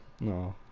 No